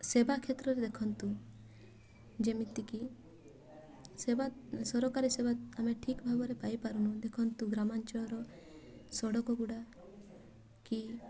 ସେବା କ୍ଷେତ୍ରରେ ଦେଖନ୍ତୁ ଯେମିତିକି ସେବା ସରକାରୀ ସେବା ଆମେ ଠିକ୍ ଭାବରେ ପାଇପାରୁନୁ ଦେଖନ୍ତୁ ଗ୍ରାମାଞ୍ଚଳର ସଡ଼କଗୁଡ଼ା କି